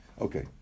Okay